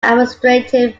administrative